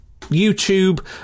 YouTube